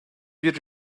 bir